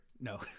no